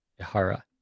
Ihara